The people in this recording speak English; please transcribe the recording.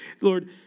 Lord